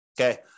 Okay